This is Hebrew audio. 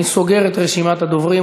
אני סוגר את רשימת הדוברים.